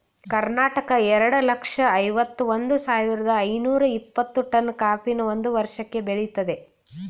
ಕರ್ನಾಟಕ ಎರಡ್ ಲಕ್ಷ್ದ ಐವತ್ ಒಂದ್ ಸಾವಿರ್ದ ಐನೂರ ಇಪ್ಪತ್ತು ಟನ್ ಕಾಫಿನ ಒಂದ್ ವರ್ಷಕ್ಕೆ ಬೆಳಿತದೆ